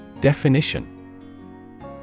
Definition